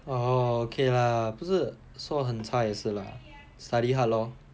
oh okay lah 不是说很差也是 lah study hard lor